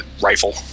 rifle